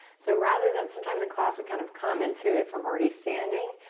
so rather than sometimes in class we kind of come into it from already standing.